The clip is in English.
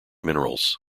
minerals